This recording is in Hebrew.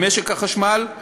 במשק החשמל,